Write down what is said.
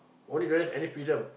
only don't have any freedom